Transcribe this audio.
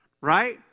Right